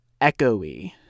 echoey